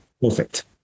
Perfect